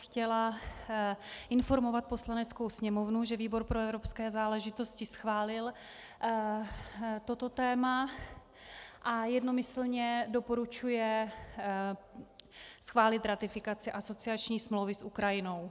Chtěla bych informovat Poslaneckou sněmovnu, že výbor pro evropské záležitosti schválil toto téma a jednomyslně doporučuje schválit ratifikaci asociační smlouvy s Ukrajinou.